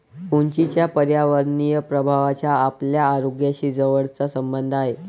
उंचीच्या पर्यावरणीय प्रभावाचा आपल्या आरोग्याशी जवळचा संबंध आहे